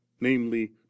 namely